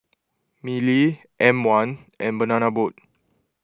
Mili M one and Banana Boat